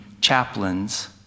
chaplains